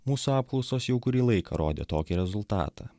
mūsų apklausos jau kurį laiką rodė tokį rezultatą